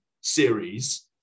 series